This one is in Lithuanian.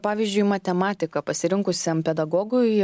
pavyzdžiui matematiką pasirinkusiam pedagogui